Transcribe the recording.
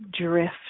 drift